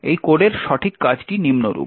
এই কোডের সঠিক কাজটি নিম্নরূপ